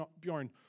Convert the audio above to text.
Bjorn